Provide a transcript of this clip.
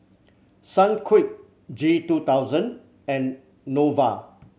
Sunquick G two thousand and Nova